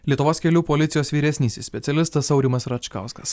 lietuvos kelių policijos vyresnysis specialistas aurimas račkauskas